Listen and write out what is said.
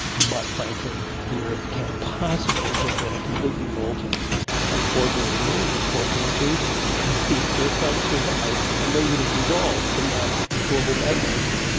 but frankly the earth can't possibly have been completely molten at four billion years or four. two because these zircons survived, and they would have dissolved in that global magma ocean.